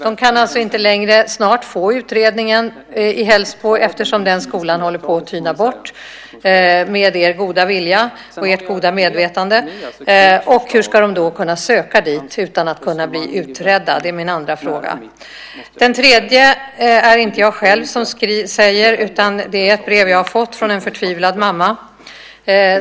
De kan snart inte längre få utredningen i Hällsbo, eftersom den skolan håller på att tyna bort med er goda vilja och ert goda medvetande. Hur ska de då kunna söka dit utan att kunna bli utredda? Det är min andra fråga. Den tredje är det inte jag själv som ställer. Den finns i ett brev som jag har fått en förtvivlad mamma.